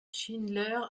schindler